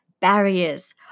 barriers